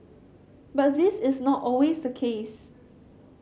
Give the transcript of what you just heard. but this is not always the case